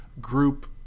group